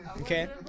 okay